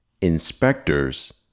inspectors